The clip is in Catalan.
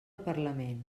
parlament